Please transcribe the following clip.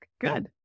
Good